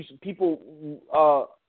people